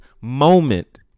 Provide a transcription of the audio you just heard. moment